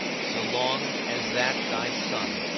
so long as that thy son,